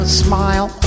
smile